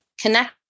connect